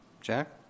Jack